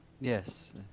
Yes